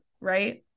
right